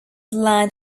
land